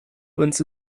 uns